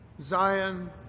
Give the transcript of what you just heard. Zion